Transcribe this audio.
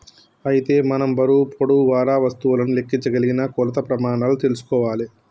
అయితే మనం బరువు పొడవు వారా వస్తువులను లెక్కించగలిగిన కొలత ప్రెమానాలు తెల్సుకోవాలే